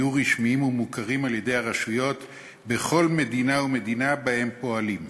יהיו רשמיים ומוכרים על-ידי הרשויות בכל מדינה ומדינה שבה הם פועלים,